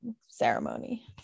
ceremony